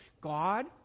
God